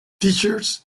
teachers